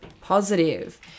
positive